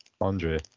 Andre